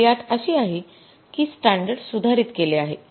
पहिली अट अशी आहे की स्टॅंडर्ड सुधारित केले आहे